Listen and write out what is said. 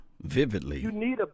vividly